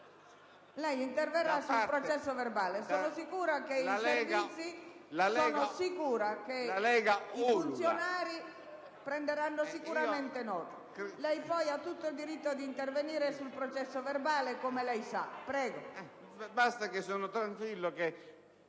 Lei interverrà sul processo verbale. Sono sicura che gli stenografi prenderanno sicuramente nota. Lei poi ha tutto il diritto di intervenire sul processo verbale, come sa. LI